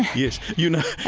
yes. you know,